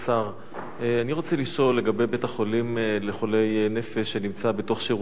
אני רוצה לשאול לגבי בית-החולים לחולי נפש שנמצא בתוך שירות בתי-הסוהר.